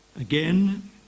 again